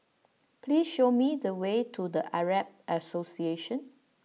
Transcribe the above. please show me the way to the Arab Association